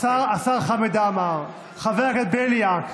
השר חמד עמאר, חבר הכנסת בליאק,